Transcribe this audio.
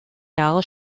jahre